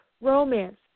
romance